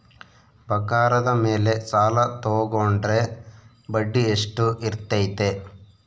ಬಂಗಾರದ ಮೇಲೆ ಸಾಲ ತೋಗೊಂಡ್ರೆ ಬಡ್ಡಿ ಎಷ್ಟು ಇರ್ತೈತೆ?